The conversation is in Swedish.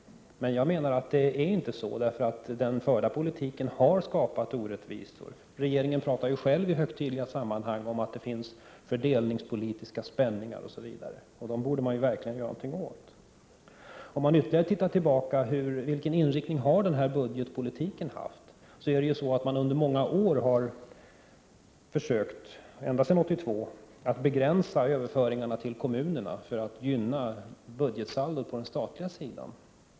Men jag anser att det inte är så, eftersom den förda politiken har skapat orättvisor. Regeringen talar ju själv i högtidliga sammanhang om att det finns fördelningspolitiska spänningar osv., och dem borde man ju verkligen göra någonting åt. Om vi ser ytterligare tillbaka och frågar vilken inriktning den här budgetpolitiken har haft, finner vi att man under många år, ända sedan 1982, har försökt begränsa överföringarna till kommunerna för att gynna budgetsaldot på den statliga sidan.